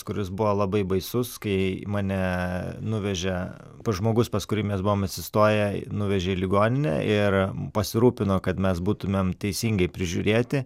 kuris buvo labai baisus kai mane nuvežė pas žmogus pas kurį mes buvom apsistoję nuvežė į ligoninę ir pasirūpino kad mes būtumėm teisingai prižiūrėti